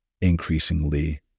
increasingly